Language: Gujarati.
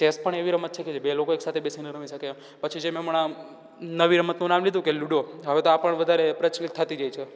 ચેસ પણ એવી રમત છે કે જે બે લોકો એકસાથે બેસીને રમી શકે પછી જે મે હમણાં નવી રમતનું નામ લીધું કે લૂડો હવે તો આ પણ વધારે પ્રચલિત થતી જાય છે